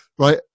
right